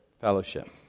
fellowship